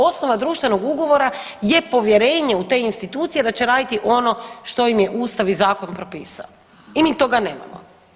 Osnova društvenog ugovora je povjerenje u te institucije da će raditi ono što im je ustav i zakon propisao i mi toga nemamo.